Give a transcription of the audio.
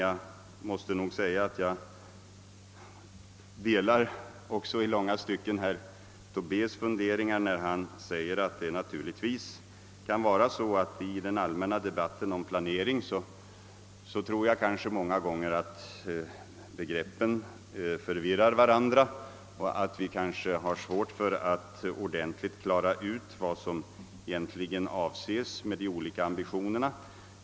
Jag måste också säga att jag i långa stycken delar herr Tobés uppfattning att de olika begreppen i den allmänna debatten om planering ofta förvirrar.